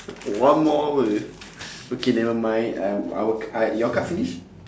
one more hour okay never mind I'm our uh your card finish